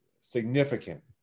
significant